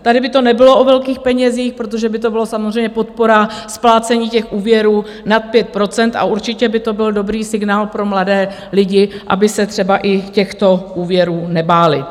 Tady by to nebylo o velkých penězích, protože by to byla samozřejmě podpora splácení těch úvěrů nad 5 %, a určitě by to bylo dobrý signál pro mladé lidi, aby se třeba i těchto úvěrů nebáli.